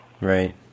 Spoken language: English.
Right